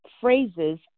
phrases